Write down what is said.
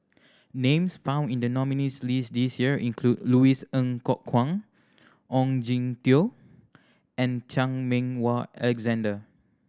names found in the nominees' list this year include Louis Ng Kok Kwang Ong Jin Teong and Chan Meng Wah Alexander